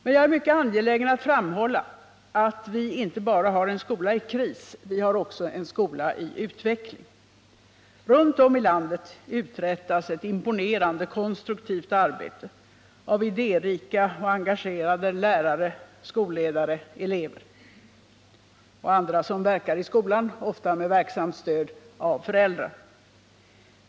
Men jag är mycket angelägen om att framhålla att vi inte bara har en skola i kris, vi har också en skola i utveckling. Runt om i landet uträttas ett imponerande konstruktivt arbete av idérika och engagerade lärare, skolledare, elever och andra som verkar i skolan — ofta med verksamt stöd av föräldrar.